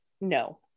no